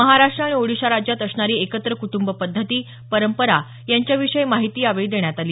महाराष्ट आणि ओडिशा राज्यात असणारी एकत्र कुटुंब पद्धती परंपरा यांच्याविषयी माहिती यावेळी देण्यात आली